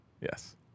Yes